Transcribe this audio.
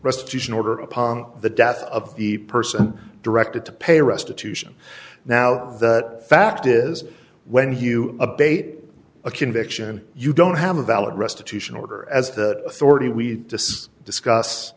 restitution order upon the death of the person directed to pay restitution now the fact is when you abate a conviction you don't have a valid restitution order as the authority we discuss